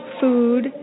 food